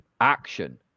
action